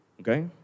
Okay